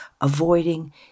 avoiding